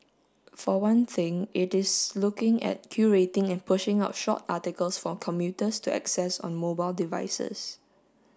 for one thing it is looking at curating and pushing out short articles for commuters to access on mobile devices